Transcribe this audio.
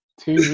Two